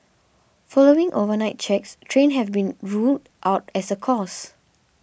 following overnight checks trains have been ruled out as a cause